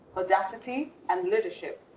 audacity, and leadership.